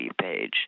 page